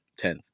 10th